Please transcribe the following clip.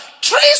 Trees